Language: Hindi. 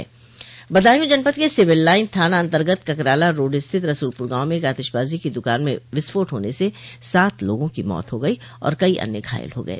बदायूं जनपद के सिविल लाइन थाना अन्तर्गत ककराला रोड स्थित रासूलपुर गांव में एक आतिशबाजी की दुकान में विस्फोट होने से सात लोगों की मौत हो गई और कई अन्य घायल हो गये